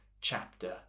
chapter